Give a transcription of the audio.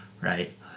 right